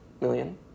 million